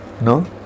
No